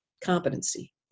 Competency